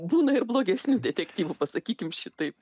būna ir blogesnių detektyvų pasakykim šitaip